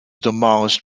demolished